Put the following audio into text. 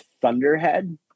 Thunderhead